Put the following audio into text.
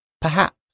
Perhaps